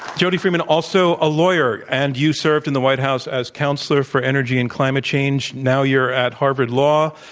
jody freeman, also a lawyer, and you served in the white house as counselor for energy and climate change. now you're at harvard law,